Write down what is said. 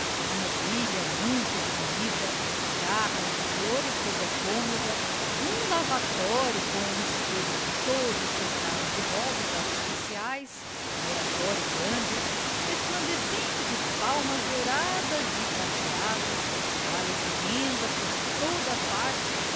a mobília muito brunida jarras de flores sobre a cômoda um lavatório com espelho todo cercado de rosas artificiais um oratório grande resplandecente de palmas douradas e prateadas toalhas de renda por toda a parte